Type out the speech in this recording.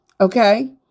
Okay